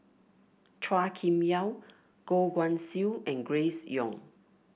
Chua Kim Yeow Goh Guan Siew and Grace Young